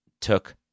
took